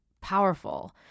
powerful